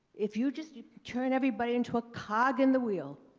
if you just turn everybody into a cog in the wheel,